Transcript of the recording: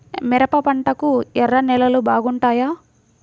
మిరప పంటకు ఎర్ర నేలలు బాగుంటాయా?